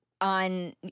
on